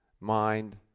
mind